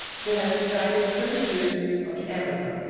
who has resided thirty years on the amazon.